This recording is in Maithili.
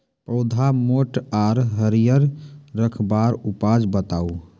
पौधा मोट आर हरियर रखबाक उपाय बताऊ?